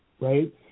right